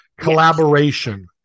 collaboration